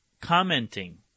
commenting